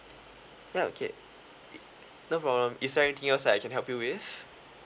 yup okay it no problem is there anything else that I can help you with